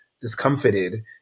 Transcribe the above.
discomfited